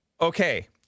Okay